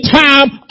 time